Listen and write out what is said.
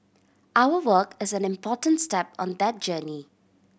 our work is an important step on that journey